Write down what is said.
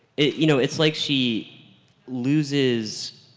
you know, it's like she loses.